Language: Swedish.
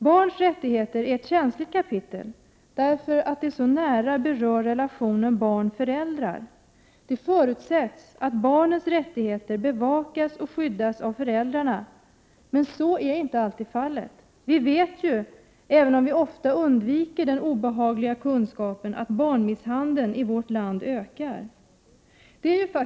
Barns rättigheter är ett känsligt kapitel, därför att det så nära rör relationen barn-föräldrar. Det förutsätts att barnens rättigheter bevakas och skyddas av föräldrarna, men så är inte alltid fallet. Vi vet ju, även om vi ofta undviker den obehagliga kunskapen, att barnmisshandeln i vårt land ökar.